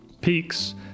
peaks